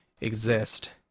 exist